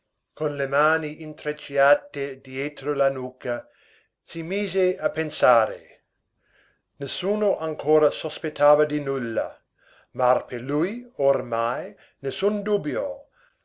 con le mani intrecciate dietro la nuca si mise a pensare nessuno ancora sospettava di nulla ma per lui ormai nessun dubbio